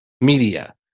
media